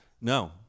No